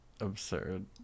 Absurd